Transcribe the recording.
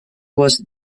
worst